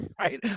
right